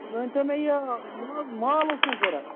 مےٛ ؤنۍ تومےٚ یہِ مال مال اوس مےٚ ضوٚرتھ